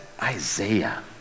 Isaiah